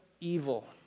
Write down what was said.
evil